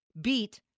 beat